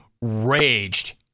raged